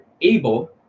able